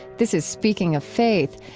this is speaking of faith.